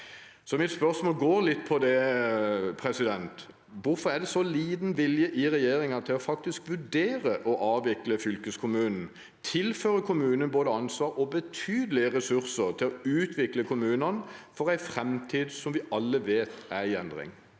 mitt spørsmål går litt på det: Hvorfor er det så liten vilje i regjeringen til faktisk å vurdere å avvikle fylkeskommunen og tilføre kommunene både ansvar og betydelige ressurser til å utvikle kommunene for en framtid som vi alle vet er i endring?